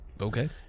Okay